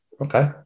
Okay